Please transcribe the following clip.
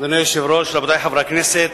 אדוני היושב-ראש, רבותי חברי הכנסת,